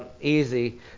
easy